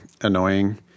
annoying